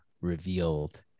revealed